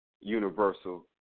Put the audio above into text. universal